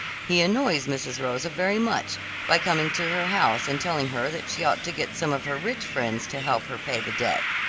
he annoys mrs. rosa very much by coming to her house and telling her that she ought to get some of her rich friends to help her pay the debt.